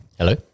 Hello